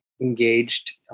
engaged